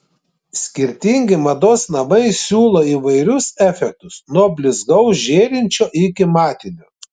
skirtingi mados namai siūlo įvairius efektus nuo blizgaus žėrinčio iki matinio